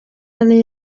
ane